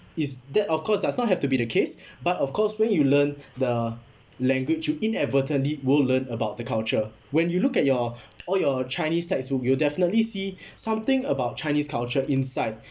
is that of course does not have to be the case but of course when you learn the language you inadvertently will learn about the culture when you look at your all your chinese textbook you'll definitely see something about chinese culture inside